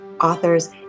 authors